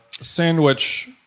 sandwich